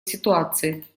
ситуации